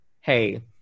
hey